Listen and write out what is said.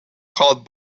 called